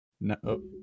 No